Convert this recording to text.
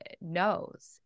knows